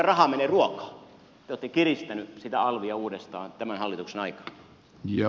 te olette kiristäneet sitä alvia uudestaan tämän hallituksen aikana